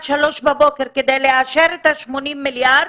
השעה 03:00 בבוקר כדי לאשר את ה-80 מיליארד,